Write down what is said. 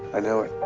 i know it.